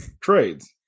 trades